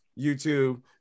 YouTube